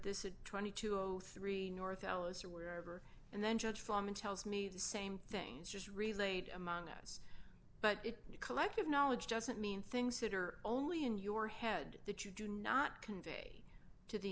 this it twenty two o three north alice or wherever and then judge foreman tells me the same things just relate among us but collective knowledge doesn't mean things that are only in your head that you do not convey to the